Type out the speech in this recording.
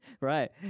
Right